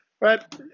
right